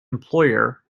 employer